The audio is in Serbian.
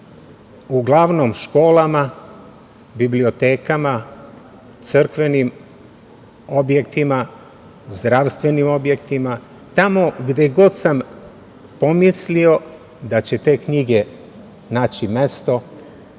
uglavnom školama, bibliotekama, crkvenim objektima, zdravstvenim objektima, tamo gde god sam pomislio da će te knjige naći mesto,